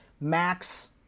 Max